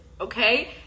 okay